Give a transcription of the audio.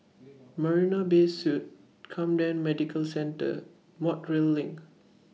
Marina Bay Suites Camden Medical Centre Montreal LINK